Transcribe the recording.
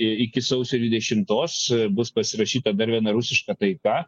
iki sausio dvidešimtos bus pasirašyta dar viena rusiška taika